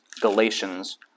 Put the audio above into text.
Galatians